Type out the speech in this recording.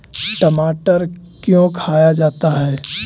टमाटर क्यों खाया जाता है?